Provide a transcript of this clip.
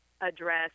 address